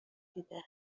دیده